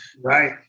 right